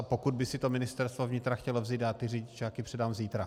Pokud by si to Ministerstvo vnitra chtělo vzít, já ty řidičáky předám zítra.